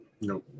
No